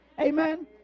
Amen